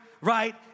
right